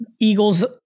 Eagles